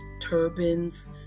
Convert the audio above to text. turbans